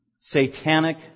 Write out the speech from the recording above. satanic